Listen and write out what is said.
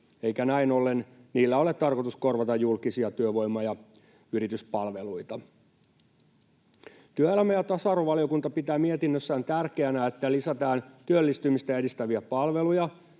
eikä näin ollen niillä ole tarkoitus korvata julkisia työvoima- ja yrityspalveluita. Työelämä- ja tasa-arvovaliokunta pitää mietinnössään tärkeänä, että lisätään työllistymistä edistäviä palveluja.